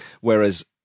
whereas